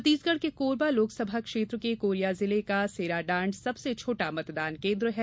छत्तीसगढ़ के कोरबा लोकसभा क्षेत्र के कोरिया जिले का सेराडांड सबसे छोटा मतदान केन्द्र है